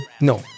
No